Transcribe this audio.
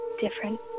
different